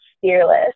fearless